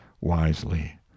wisely